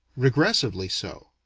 repressively so.